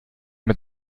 mit